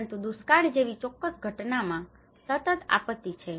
પરંતુ દુષ્કાળ જેવી ચોક્કસ ઘટનામાં સતત આપત્તિ છે